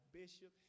bishop